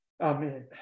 Amen